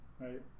right